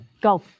Go